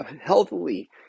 healthily